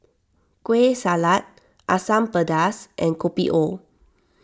Kueh Salat Asam Pedas and Kopi O